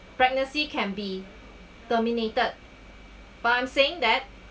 pregnancy can be terminated but I'm saying that